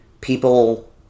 people